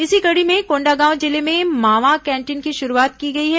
इसी कड़ी में कोंडागांव जिले में मावा कैंटीन की शुरूआत की गई है